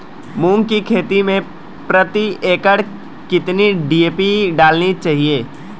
मूंग की खेती में प्रति एकड़ कितनी डी.ए.पी डालनी चाहिए?